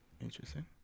Interesting